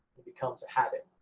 it becomes a habit,